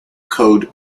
code